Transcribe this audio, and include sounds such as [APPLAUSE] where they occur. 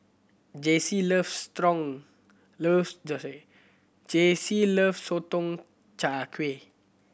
Jaycee loves sotong [UNINTELLIGIBLE] Jaycee loves Sotong Char Kway